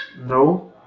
No